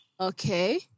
Okay